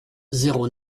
zéro